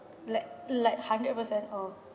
like like hundred percent or